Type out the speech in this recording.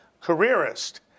careerist